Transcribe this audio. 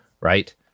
right